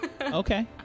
Okay